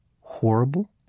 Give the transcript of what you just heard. horrible